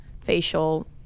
facial